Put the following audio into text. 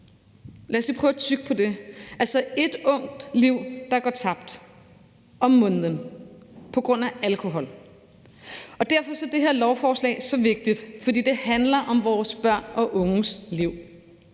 Lad os lige prøve at tygge på det: altså, ét ungt liv om måneden, der går tabt på grund af alkohol! Derfor er det her lovforslag så vigtigt, for det handler om vores børn og unges liv.